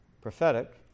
prophetic